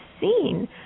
seen